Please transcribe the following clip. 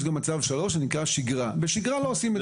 יש גם מצב 3 שנקרא שגרה ובשגרה לא עושים את זה.